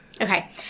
Okay